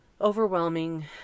overwhelming